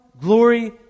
glory